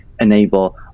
enable